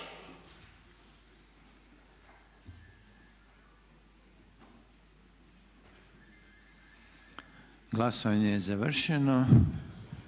Glasovanje je završeno.